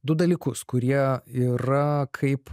du dalykus kurie yra kaip